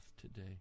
today